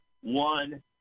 one